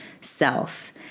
self